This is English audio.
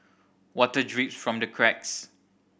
water drips from the cracks